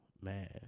Man